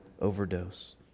overdose